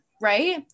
right